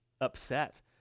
upset